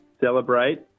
celebrate